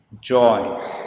Joy